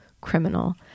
Criminal